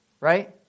right